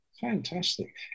fantastic